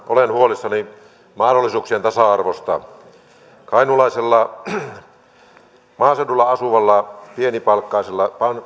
olen huolissani mahdollisuuksien tasa arvosta kainuun maaseudulla asuvalla pienipalkkaisten